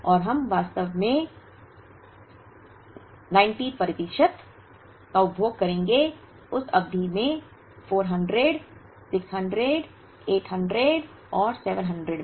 और हम वास्तव में 90 प्रतिशत का उपभोग करेंगे इस अवधि में 400 600 800 और 700 में